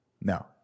No